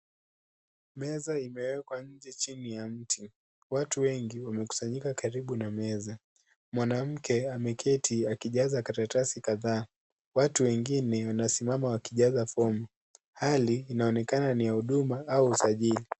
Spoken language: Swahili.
Meza imewekwa nje chini ya mti, watu wengi wamekusanyika karibu na meza. Mwanamme ameketi akijaza karatasi ladhaa. Watu wengine wamesimama wakijaza fomu. Hali inaonekana ni ya huduma au usajili.